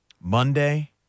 Monday